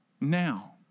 now